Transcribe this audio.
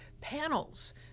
panels